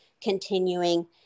continuing